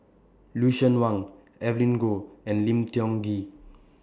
Lucien Wang Evelyn Goh and Lim Tiong Ghee